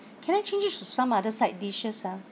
can I change it to some other side dishes ah